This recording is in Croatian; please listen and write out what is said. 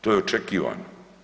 To je očekivano.